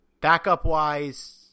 Backup-wise